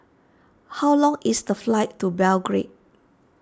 how long is the flight to Belgrade